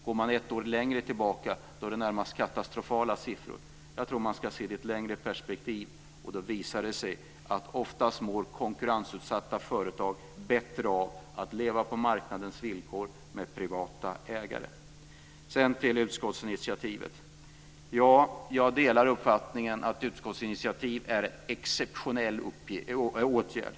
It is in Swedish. Går man ett år längre tillbaka i tiden är det närmast katastrofala siffror. Jag tror att man ska se det i ett längre perspektiv, och då visar det sig att oftast mår konkurrensutsatta företag bättre av att leva på marknadens villkor med privata ägare. Jag vill också ta upp utskottsinitiativet. Jag delar uppfattningen att ett utskottsinitiativ är en exceptionell åtgärd.